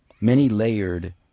many-layered